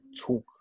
Talk